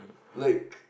like